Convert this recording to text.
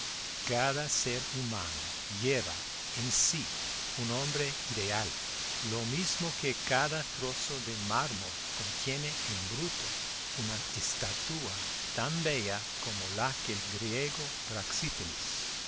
cada ser humano lleva en sí un hombre ideal lo mismo que cada trozo de mármol contiene en bruto una estatua tan bella como la que el griego